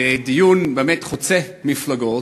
בדיון באמת חוצה מפלגות,